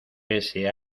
pese